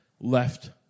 left